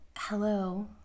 Hello